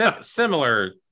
similar